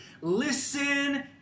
Listen